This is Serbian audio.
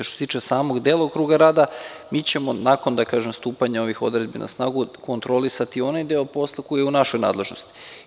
Što se tiče samog delokruga rada mi ćemo nakon stupanja na snagu ovih odredbi na snagu kontrolisati onaj deo posla koji je u našoj nadležnosti.